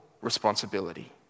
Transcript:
responsibility